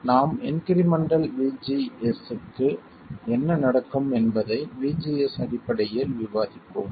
நாம் incremental VGS க்கு என்ன நடக்கும் என்பதை VGS அடிப்படையில் விவாதிப்போம்